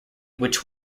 which